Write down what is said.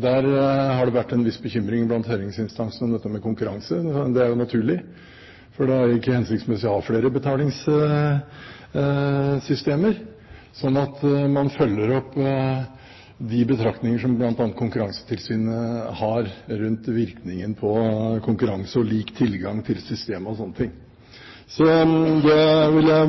Det har vært en viss bekymring blant høringsinstansene når det gjelder konkurranse. Det er jo naturlig, for det er ikke hensiktsmessig å ha flere betalingssystemer. Man må følge opp de betraktninger som bl.a. Konkurransetilsynet har rundt virkningen på konkurranse og lik tilgang til system og slike ting. Det ville jeg